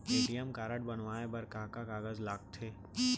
ATM card बनवाये बर का का कागज लगथे?